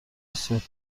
رسید